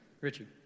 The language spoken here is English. Richard